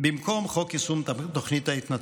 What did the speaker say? במקום "חוק יישום תוכנית ההתנתקות".